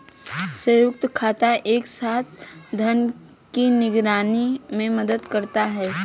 संयुक्त खाता एक साथ धन की निगरानी में मदद करता है